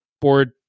board